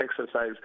exercise